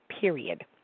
period